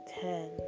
ten